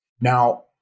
Now